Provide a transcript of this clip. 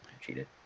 cheated